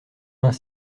vingt